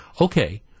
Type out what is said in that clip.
Okay